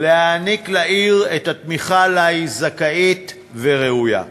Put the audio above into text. לתת לעיר את התמיכה שהיא זכאית וראויה לה.